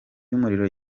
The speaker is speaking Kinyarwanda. y’umuriro